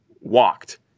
walked